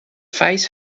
face